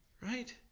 right